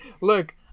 Look